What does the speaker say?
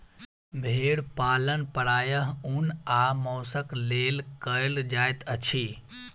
भेड़ पालन प्रायः ऊन आ मौंसक लेल कयल जाइत अछि